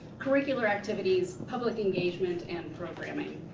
curricular activities, public engagement and programming,